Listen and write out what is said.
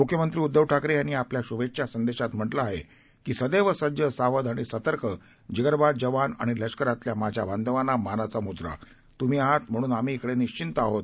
मुख्यमंत्री उदधव ठाकरे यांनी आपल्या श्भेच्छा संदेशात म्हटलं आहे की सदैव सज्ज सावध आणि सतर्क जिगरबाज जवान आणि लष्करातल्या माझ्या बांधवांना मानाचा मुजरा तुम्ही आहात म्हणून आम्ही इकडे निश्चिंत आहोत